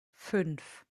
fünf